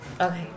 Okay